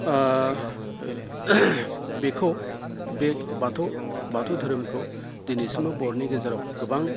बेखौ बे बाथौ धोरोमखौ दिनैसिमबो बर'नि गेजेराव गोबां